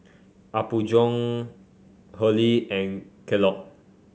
Apgujeong Hurley and Kellogg